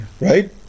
Right